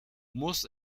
muss